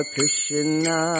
Krishna